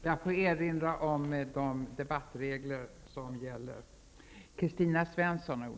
Jag får erinra om de debattregler som gäller.